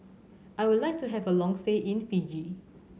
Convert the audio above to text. I would like to have a long stay in Fiji